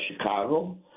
Chicago